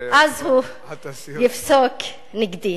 נסים זאב, אז הוא יפסוק נגדי.